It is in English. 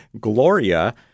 Gloria